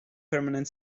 permanent